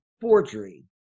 forgery